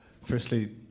Firstly